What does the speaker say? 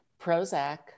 Prozac